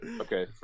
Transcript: Okay